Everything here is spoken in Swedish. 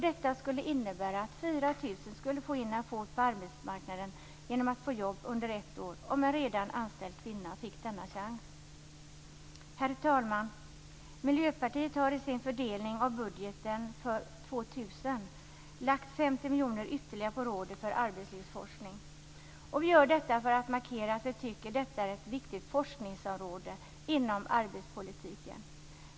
Detta skulle innebära att 4 000 personer skulle få in en fot på arbetsmarknaden och få jobb under ett år om en redan anställd kvinna fick denna chans. Herr talman! Miljöpartiet har i sin fördelningen av budgeten för år 2000 lagt 50 miljoner ytterligare på Rådet för arbetslivsforskning. Vi gör detta för att markera att vi tycker att det är ett viktigt forskningsområde inom arbetspolitiken.